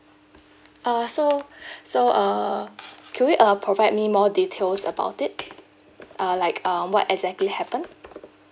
uh so so uh can you uh provide me more details about it like uh what exactly happened